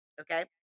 Okay